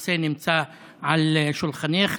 הנושא נמצא על שולחנך.